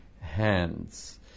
hands